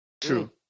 True